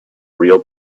real